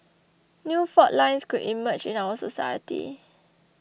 new fault lines could emerge in our society